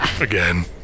Again